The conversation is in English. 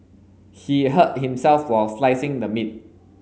he hurt himself while slicing the meat